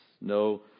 No